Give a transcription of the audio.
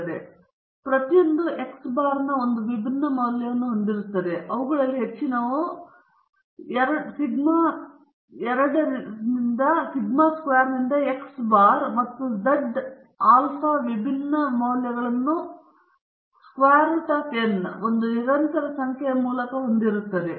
ಆದ್ದರಿಂದ ಪ್ರತಿಯೊಂದೂ X ಬಾರ್ನ ಒಂದು ವಿಭಿನ್ನ ಮೌಲ್ಯವನ್ನು ಹೊಂದಿರುತ್ತದೆ ಅಥವಾ ಅವುಗಳಲ್ಲಿ ಹೆಚ್ಚಿನವು 2 ಸಿಗ್ಮಾದಿಂದ x ಬಾರ್ ಮತ್ತು z ಆಲ್ಫಾ ವಿಭಿನ್ನ ಮೌಲ್ಯಗಳನ್ನು ರೂಟ್ n ಒಂದು ನಿರಂತರ ಸಂಖ್ಯೆಯ ಮೂಲಕ ಹೊಂದಿರುತ್ತದೆ